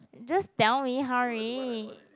just tell me hurry